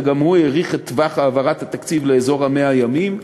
וגם הוא האריך את טווח העברת התקציב לאזור 100 הימים.